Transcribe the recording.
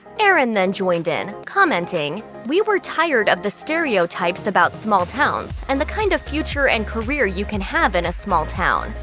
erin then joined in, commenting, we were tired of the stereotypes about small towns and the kind of future and career you can have in a small town.